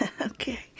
Okay